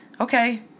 okay